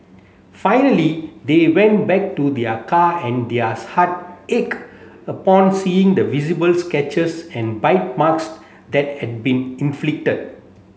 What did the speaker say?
finally they went back to their car and their heart ached upon seeing the visible sketches and bite marks that had been inflicted